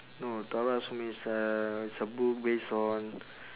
no tara sue me is a it's a book based on